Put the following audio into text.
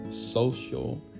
social